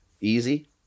Easy